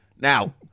now